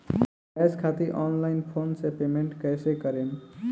Gas खातिर online phone से payment कैसे करेम?